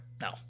No